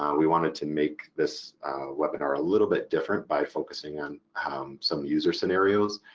um we wanted to make this webinar a little bit different by focusing on some user scenarios,